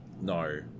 no